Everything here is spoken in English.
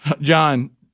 John